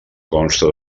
consta